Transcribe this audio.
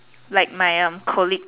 like my um colleague